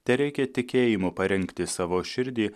tereikia tikėjimo parengti savo širdį